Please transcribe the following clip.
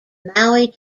maui